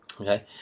Okay